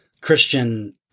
Christian